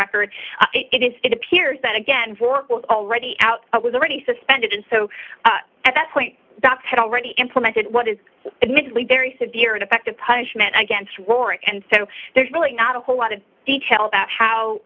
record it is it appears that again work was already out it was already suspended and so at that point that had already implemented what is admittedly very severe and effective punishment against war and so there's really not a whole lot of detail about how